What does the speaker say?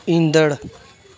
ईंदड़ु